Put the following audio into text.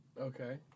Okay